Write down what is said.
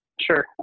Sure